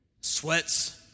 sweats